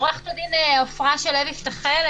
עורכת הדין עפרה שלו יפתחאל,